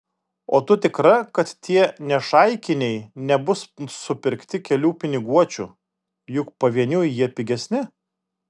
o tu tikra kad tie nešaikiniai nebus supirkti kelių piniguočių juk pavieniui jie pigesni